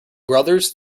brothers